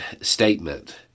statement